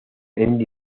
andy